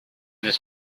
this